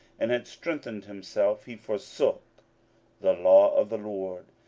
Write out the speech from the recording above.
and had strengthened himself, he forsook the law of the lord,